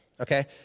okay